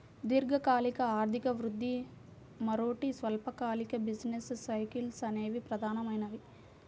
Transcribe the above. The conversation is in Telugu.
దీర్ఘకాలిక ఆర్థిక వృద్ధి, మరోటి స్వల్పకాలిక బిజినెస్ సైకిల్స్ అనేవి ప్రధానమైనవి